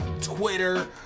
Twitter